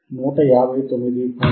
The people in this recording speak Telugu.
15 హెర్ట్జ్